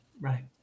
right